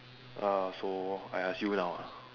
uh so I ask you now ah